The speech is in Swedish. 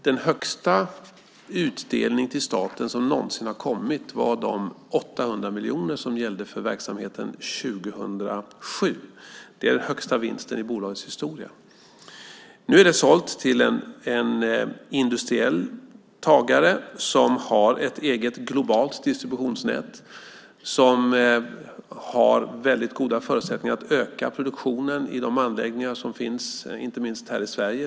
Den högsta utdelning till staten som någonsin har kommit var de 800 miljoner som gällde för verksamheten 2007. Det är den högsta vinsten i bolagets historia. Nu är det sålt till en industriell tagare som har ett eget globalt distributionsnät och som har väldigt goda förutsättningar att öka produktionen i de anläggningar som finns inte minst i södra Sverige.